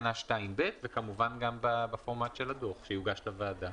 בתקנה 2(ב) וכמובן גם בפורמט של הדוח שיוגש לוועדה.